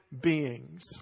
beings